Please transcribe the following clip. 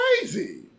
crazy